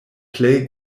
plej